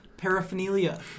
Paraphernalia